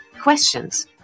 questions